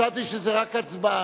חשבתי שזה רק הצבעה.